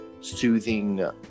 soothing